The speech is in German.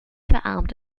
verarmt